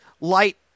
light